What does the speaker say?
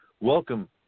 Welcome